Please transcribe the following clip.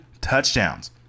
touchdowns